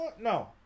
No